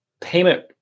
payment